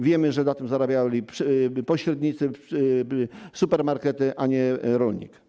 Wiemy, że na tym zarabiali pośrednicy, supermarkety, a nie rolnik.